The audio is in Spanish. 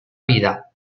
vida